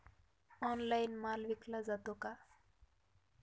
Online माल विकला जातो का?